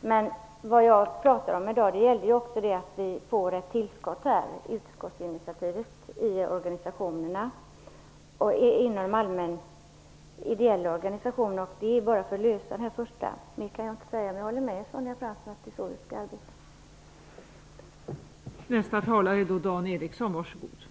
Men jag talade också om att vi genom utskottsinitiativet får ett tillskott i de ideella organisationerna för att lösa de första problemen. Jag håller med Sonja Fransson om att det är så vi skall arbeta. Mer kan jag inte säga.